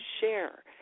share